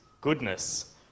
goodness